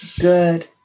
Good